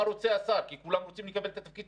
מה רוצה השר כי כולם רוצים לקבל את התפקיד,